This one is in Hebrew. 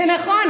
זה נכון.